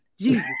Jesus